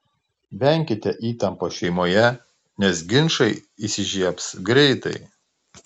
venkite įtampos šeimoje nes ginčai įsižiebs greitai